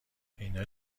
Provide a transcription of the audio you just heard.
اینا